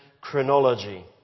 chronology